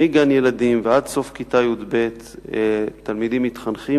מגן-ילדים ועד סוף כיתה י"ב תלמידים מתחנכים